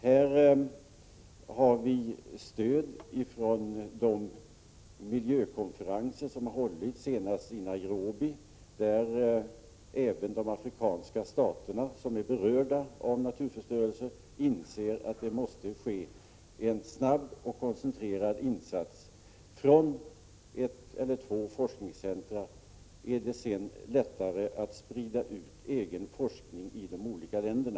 Här har vi stöd från de miljökonferenser som har hållits, senast i Nairobi, där det har framgått att även de afrikanska staterna som är berörda av naturförstörelsen inser att det måste ske en snabb och koncentrerad insats. Från ett eller två forskningscentra är det sedan lättare att sprida ut egen forskning i de olika länderna.